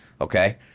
Okay